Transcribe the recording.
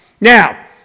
Now